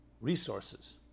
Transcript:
resources